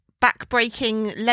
back-breaking